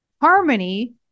harmony